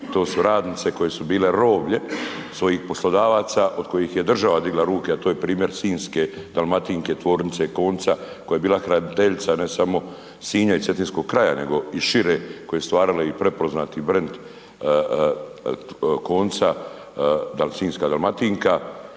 to su radnice koje su bile roblje svojih poslodavaca od kojih je država digla ruke, a to je primjer sinjske Dalmatinke, tvornice konca koja je bila hraniteljica ne samo Sinja i Cetinskog kraja nego i šire, koja je stvarala i prepoznati brend konca, sinjska dalmatinka,